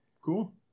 Cool